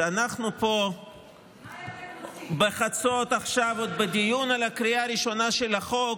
שאנחנו פה בחצות עכשיו עוד בדיון על הקריאה הראשונה של החוק.